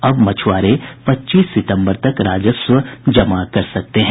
अब मछ्आरे पच्चीस सितम्बर तक राजस्व जमा कर सकते हैं